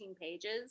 pages